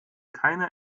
keine